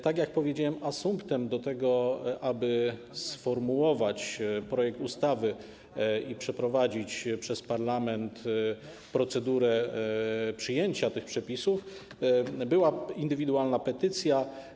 Tak jak powiedziałem, asumptem do tego, aby sformułować projekt ustawy i przeprowadzić przez parlament procedurę przyjęcia tych przepisów, była indywidualna petycja.